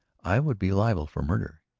i would be liable for murder.